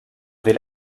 viel